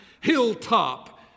hilltop